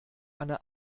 anne